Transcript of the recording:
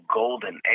golden